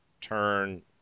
turn